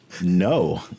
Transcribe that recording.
No